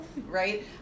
right